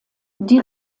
die